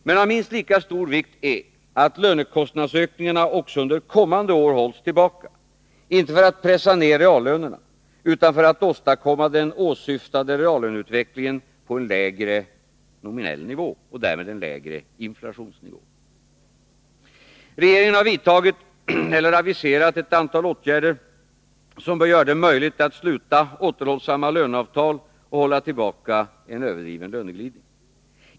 Men av minst lika stor vikt är att lönekostnadsökningarna också under kommande år hålls tillbaka — inte för att pressa ned reallönerna utan för att åstadkomma den åsyftade reallöneutvecklingen på en lägre nominell nivå och därmed en lägre inflationsnivå. Regeringen har vidtagit eller aviserat ett antal åtgärder som bör göra det möjligt att sluta återhållsamma löneavtal och hålla tillbaka en överdriven löneglidning.